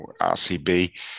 RCB